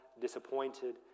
disappointed